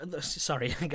sorry